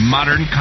Modern